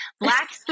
black